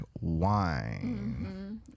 wine